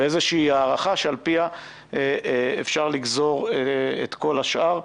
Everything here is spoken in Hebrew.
ואיזושהי הערכה שעל פיה אפשר גזור את כל השאר.